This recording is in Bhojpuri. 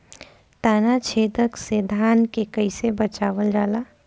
ताना छेदक से धान के कइसे बचावल जाला?